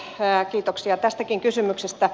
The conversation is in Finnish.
kiitoksia tästäkin kysymyksestä